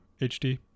HD